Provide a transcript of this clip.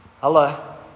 Hello